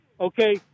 okay